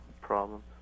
problems